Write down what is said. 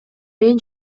мен